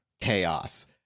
chaos